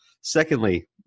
secondly